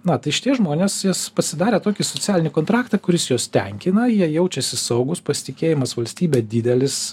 na tai šitie žmonės jie pasidarė tokį socialinį kontraktą kuris juos tenkina jie jaučiasi saugūs pasitikėjimas valstybe didelis